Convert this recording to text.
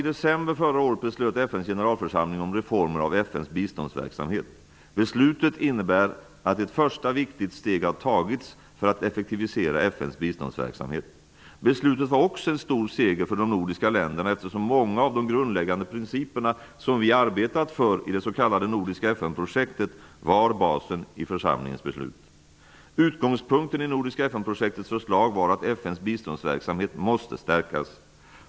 I december förra året beslöt FN:s generalförsamling om reformer av FN:s biståndsverksamhet. Beslutet innebär att ett första viktigt steg har tagits för att effektivisera FN:s biståndsverksamhet. Beslutet var också en stor seger för de nordiska länderna, eftersom många av de grundläggande principerna som vi har arbetat för i det nordiska FN-projektet var basen i församlingens beslut. Utgångspunkten i det nordiska FN-projektets förslag var att FN:s biståndsverksamhet måste stärkas.